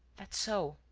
that's so.